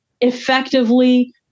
effectively